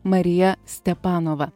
marija stepanova